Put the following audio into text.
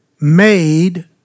made